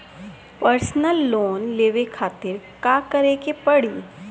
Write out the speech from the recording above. Personal loan लेवे खातिर का करे के पड़ी?